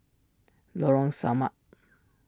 Lorong Samak